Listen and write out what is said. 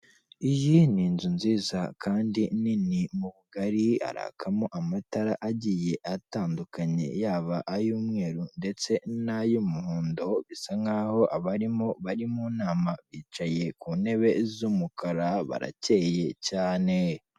Iyi ni inzu nziza kandi nini mu bugari harakamo amatara agiye atandukanye, yaba ay'umweru ndetse nay'umuhondo bisa nkaho abarimo bari mu nama, bicaye ku ntebe z'umukara baracyeye cyane.